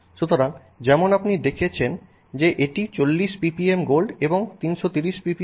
সুতরাং যেমন আপনি দেখছেন এটি 40 ppm গোল্ড এবং 330 ppm সিলভারের সমন্বয়ে তৈরি